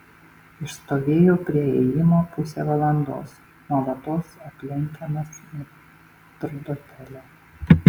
išstovėjau prie įėjimo pusę valandos nuolatos aplenkiamas metrdotelio